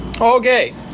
Okay